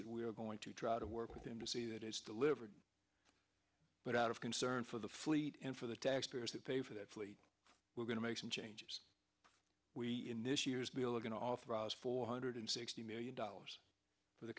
it we are going to try to work with them to see that it's delivered but out of concern for the fleet and for the taxpayers who pay for that fleet we're going to make some changes we in this year's bill are going to authorize four hundred sixty million dollars for the